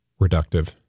Reductive